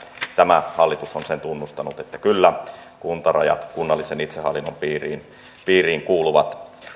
tämä hallitus on sen tunnustanut että kyllä kuntarajat kunnallisen itsehallinnon piiriin piiriin kuuluvat myös